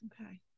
Okay